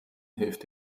hilft